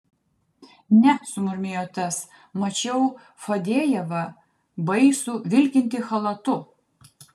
ne sumurmėjo tas mačiau fadejevą baisų vilkintį chalatu